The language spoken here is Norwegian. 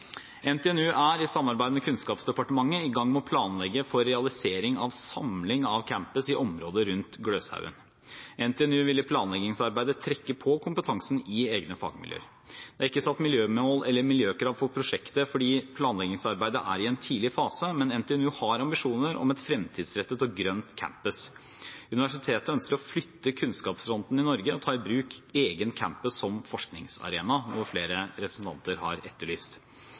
NTNU er i samarbeid med Kunnskapsdepartementet i gang med å planlegge for realisering av samling av campus i området rundt Gløshaugen. NTNU vil i planleggingsarbeidet trekke på kompetansen i egne fagmiljøer. Det er ikke satt miljømål eller miljøkrav for prosjektet, fordi planleggingsarbeidet er i en tidlig fase. Men NTNU har ambisjoner om et fremtidsrettet og grønt campus. Universitetet ønsker å flytte kunnskapsfronten i Norge og ta i bruk egen campus som forskningsarena, noe flere representanter har etterlyst.